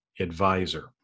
advisor